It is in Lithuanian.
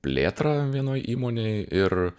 plėtrą vienoj įmonėj ir